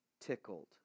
tickled